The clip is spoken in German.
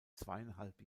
zweieinhalb